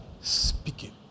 speaking